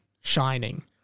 shining